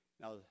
Now